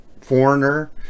Foreigner